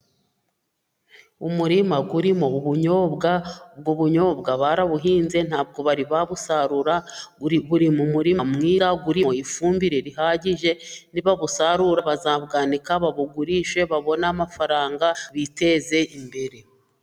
Umurima urimo ubunyobwa. Ubwo bunyobwa barabuhinze nta bwo bari babusarura. Buri mu murima mwiza urimo ifumbire rihagije. Nibabusarura bazabwanika, babugurishe, babone amafaranga biteze imbere.